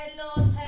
Hello